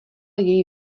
její